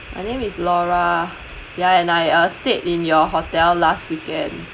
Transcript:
my name is laura ya and I uh stayed in your hotel last weekend